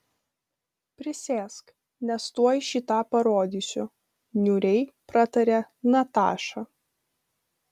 prisėsk nes tuoj šį tą parodysiu niūriai pratarė nataša